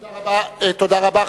תודה רבה.